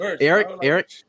Eric